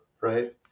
right